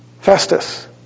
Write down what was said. Festus